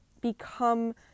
become